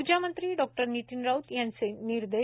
उर्जामंत्री डॉ नितीन राऊत यांचे निर्देश